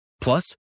Plus